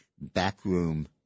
backroom